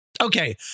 Okay